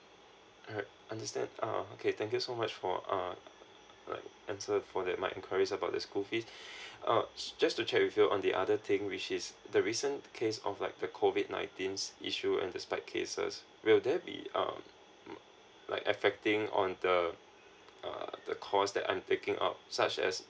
alright understand uh okay thank you so much for uh like answer for that my inquiries about the school fees uh just to check with you on the other thing which is the recent case of like the COVID nineteen issue and the spike cases will there be um like affecting on the uh the course that I'm taking out such as